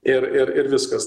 ir ir ir viskas